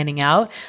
Out